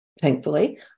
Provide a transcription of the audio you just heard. thankfully